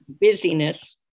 busyness